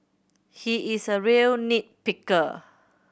he is a real nit picker